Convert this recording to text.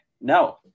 No